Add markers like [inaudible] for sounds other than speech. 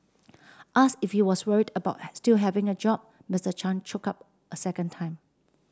ask if he was worried about [unintelligible] still having a job Mister Chan choke up a second time